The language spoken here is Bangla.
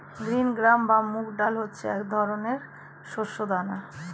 গ্রিন গ্রাম বা মুগ ডাল হচ্ছে এক ধরনের শস্য দানা